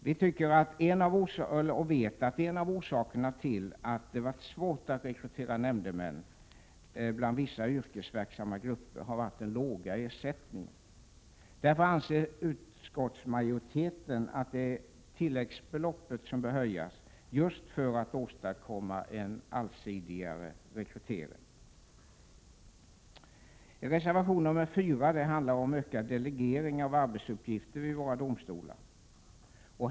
Vi vet att en av orsakerna till att det varit svårt att rekrytera nämndemän bland vissa yrkesverksamma grupper har varit den låga ersättningen. Därför anser utskottsmajoriteten att det är tilläggsbeloppet som bör höjas, just för att åstadkomma en allsidigare rekrytering. Reservation nr 4 handlar om ökad delegering av arbetsuppgifter vid våra domstolar.